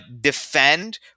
Defend